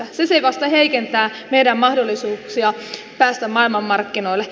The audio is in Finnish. se se vasta heikentää meidän mahdollisuuksiamme päästä maailmanmarkkinoille